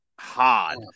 hard